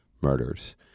murders